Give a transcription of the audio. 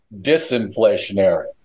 disinflationary